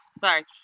sorry